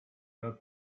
pas